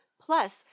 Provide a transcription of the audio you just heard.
Plus